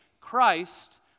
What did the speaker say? Christ